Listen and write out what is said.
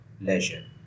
leisure